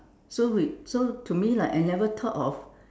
so we so to me like I never thought of